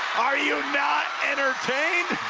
are you not entertained